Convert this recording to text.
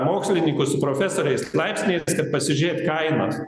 mokslininkus su profesoriais laipsniais kad pasižiūrėt kainas